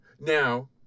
Now